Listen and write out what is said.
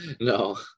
No